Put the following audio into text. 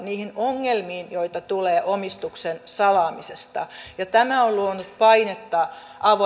niihin ongelmiin joita tulee omistuksen salaamisesta ja tämä on luonut painetta